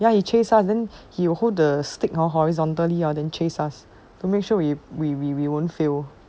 ya he chase us then he will hold the stick hor horizontally ah then chase us to make sure we we we we won't fail